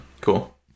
Cool